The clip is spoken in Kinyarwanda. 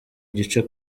igice